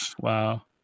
Wow